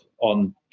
on